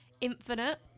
Infinite